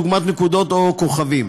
דוגמת נקודות או כוכבים,